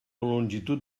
longitud